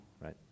right